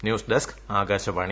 news desk Akashvani